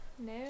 No